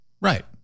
Right